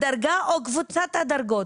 הדרגה או קבוצת הדרגות".